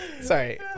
Sorry